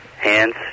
Hands